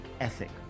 ethic